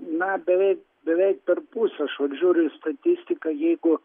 na beveik beveik perpus aš vat žiūriu į statistiką jeigu